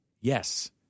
Yes